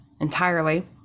entirely